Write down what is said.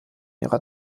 ihrer